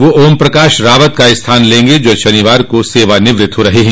वे ओम प्रकाश रावत का स्थान लेंगे जो शनिवार को सेवानिवृत हो रहे हैं